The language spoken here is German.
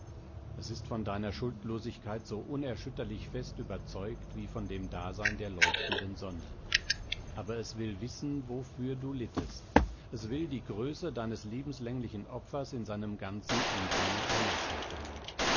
es ist von deiner schuldlosigkeit so unerschütterlich fest überzeugt wie von dem dasein der leuchtenden sonne aber es will wissen wofür du littest es will die größe deines lebenslänglichen opfers in seinem ganzen umfange ermessen können